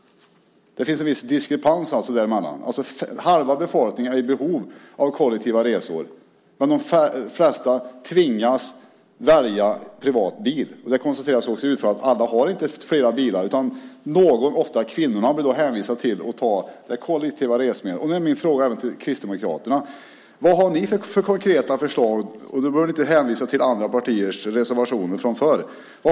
Där finns alltså en viss diskrepans. Halva befolkningen är i behov av kollektiva resor, men de flesta tvingas välja privat bil. I utfrågningen konstaterades även att alla inte har flera bilar utan att någon, ofta kvinnorna, hänvisas till kollektiva färdmedel. Min fråga till Kristdemokraterna är: Vad har ni för konkreta förslag? Ni behöver inte hänvisa till andra partiers reservationer från förr.